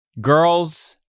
Girls